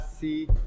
see